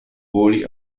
voli